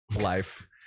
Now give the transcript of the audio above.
life